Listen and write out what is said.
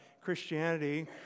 Christianity